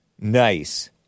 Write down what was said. Nice